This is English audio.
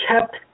kept